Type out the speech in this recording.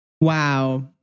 Wow